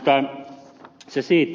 mutta se siitä